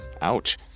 Ouch